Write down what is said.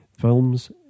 films